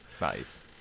Nice